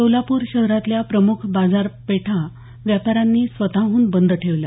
सोलापूर शहरातल्या प्रमुख बाजार पेठा व्यापाऱ्यांनी स्वतहून बंद ठेवला